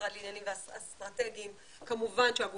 המשרד לעניינים אסטרטגיים,